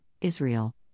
Israel